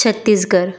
Chhattisgarh